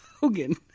Hogan